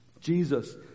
Jesus